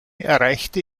erreichte